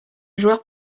joueur